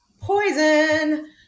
Poison